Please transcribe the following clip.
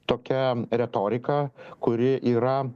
tokia retorika kuri yra